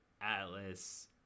Atlas